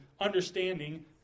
understanding